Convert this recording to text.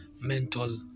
mental